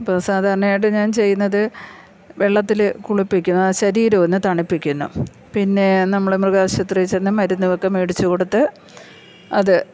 ഇപ്പം സാധാരണയായിട്ട് ഞാൻ ചെയ്യുന്നത് വെള്ളത്തിൽ കുളിപ്പിക്കും ആ ശരീരം ഒന്ന് തണിപ്പിക്കുന്നു പിന്നെ നമ്മൾ മൃഗാശുപത്രിയിൽ ചെന്നു മരുന്നൊക്കെ മേടിച്ചു കൊടുത്ത് അത്